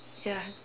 ya